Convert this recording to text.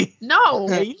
No